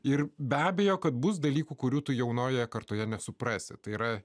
ir be abejo kad bus dalykų kurių tu jaunojoje kartoje nesuprasi tai yra